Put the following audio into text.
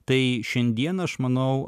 tai šiandieną aš manau